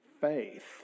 faith